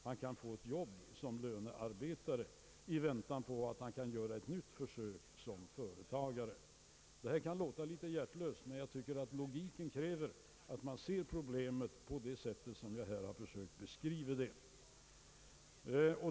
Han kan få ett arbete som löneanställd i väntan på att göra ett nytt försök att etablera sig som företagare. Detta kan låta litet hjärtlöst, men jag anser att logiken kräver att man försöker se problemet på det sätt jag här har försökt beskriva det.